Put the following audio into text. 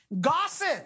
Gossip